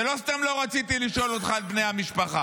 ולא סתם לא רציתי לשאול אותך על בני המשפחה,